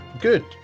good